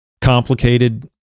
complicated